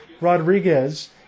Rodriguez